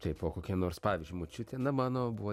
taip o kokia nors pavyzdžiui močiutė na mano buvo